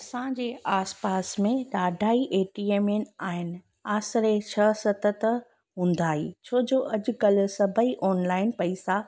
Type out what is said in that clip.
असांजे आसि पासि में ॾाढा ई ए टी एम आहिनि आसिरे छह सत त हूंदा ई छो जो अॼुकल्ह सभई ऑनलाइन पैसा